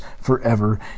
forever